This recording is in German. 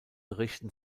richten